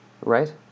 Right